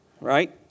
Right